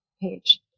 page